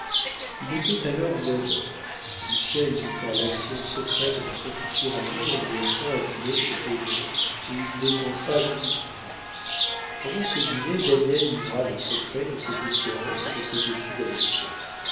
il était alors neuf heures lucien imita l'action secrète de son futur ami en lui offrant à dîner chez édon où il dépensa douze francs pendant ce dîner daniel livra le secret de ses espérances et de ses études